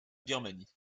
birmanie